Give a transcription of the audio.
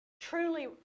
truly